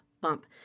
bump